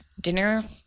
dinner